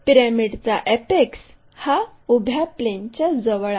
पिरॅमिडचा apex हा उभ्या प्लेनच्याजवळ आहे